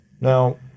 Now